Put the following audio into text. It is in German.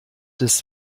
das